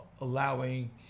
allowing